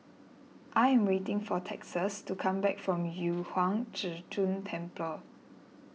I am waiting for Texas to come back from Yu Huang Zhi Zun Temple